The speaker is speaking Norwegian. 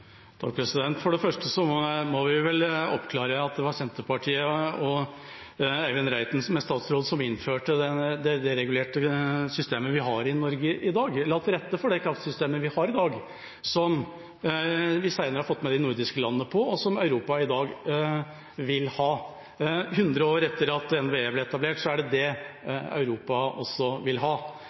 For det første må vi vel oppklare: Det var Senterpartiet med Eivind Reiten som statsråd som innførte det deregulerte systemet vi har i Norge i dag, og la til rette for det kraftsystemet vi har i dag, som vi senere har fått de nordiske landene med på, og som Europa i dag vil ha. Hundre år etter at NVE ble etablert, er det det Europa også vil ha.